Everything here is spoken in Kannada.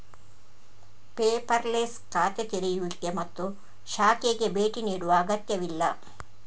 ಪೇಪರ್ಲೆಸ್ ಖಾತೆ ತೆರೆಯುವಿಕೆ ಮತ್ತು ಶಾಖೆಗೆ ಭೇಟಿ ನೀಡುವ ಅಗತ್ಯವಿಲ್ಲ